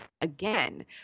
again